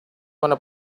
wanna